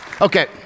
Okay